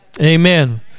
Amen